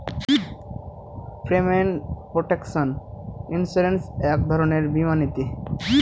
payment protection insurance এক রকমের বীমা নীতি